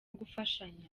gufashanya